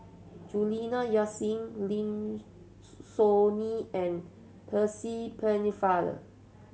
Juliana Yasin Lim Soo Ngee and Percy Pennefather